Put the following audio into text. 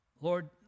Lord